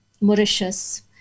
Mauritius